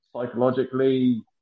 psychologically